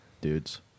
dudes